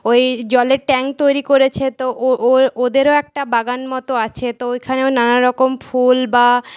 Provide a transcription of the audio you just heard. ওই জলের ট্যাঙ্ক তৈরি করেছে তো ও ওদেরও একটা বাগান মতো আছে তো ওইখানেও নানা রকম ফুল বা